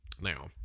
now